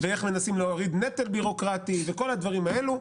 ואיך מנסים להוריד נטל בירוקרטי וכל הדברים האלה.